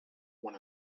one